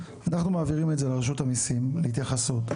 אנחנו מעבירים את זה לרשות המיסים להתייחסות.